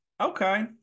okay